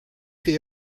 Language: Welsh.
chi